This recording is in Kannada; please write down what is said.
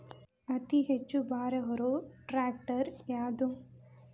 ಅತಿ ಹೆಚ್ಚ ಭಾರ ಹೊರು ಟ್ರ್ಯಾಕ್ಟರ್ ಯಾದು?